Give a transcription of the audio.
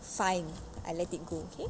fine I let it go okay